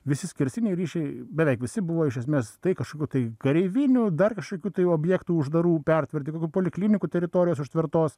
visi skersiniai ryšiai beveik visi buvo iš esmės tai kažkokių tai kareivinių dar kažkokių tai objektų uždarų pertvark poliklinikų teritorijos užtvertos